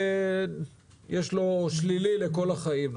אז יש לו שלילי לכל החיים.